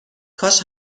کاش